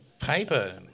paper